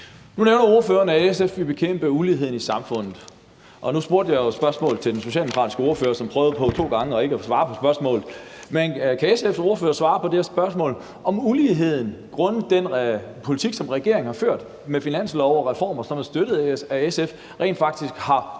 Nu nævner ordføreren, at SF vil bekæmpe uligheden i samfundet, og jeg stillede jo et spørgsmål til den socialdemokratiske ordfører, som to gange prøvede på ikke at svare på spørgsmålet. Men kan SF's ordfører svare på det spørgsmål, altså om uligheden grundet den politik, som regeringen har ført med finanslove og reformer, som er støttet af SF, rent faktisk er blevet